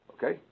Okay